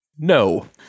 No